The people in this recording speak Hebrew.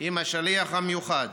עם השליח המיוחד